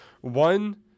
one